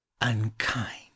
Unkind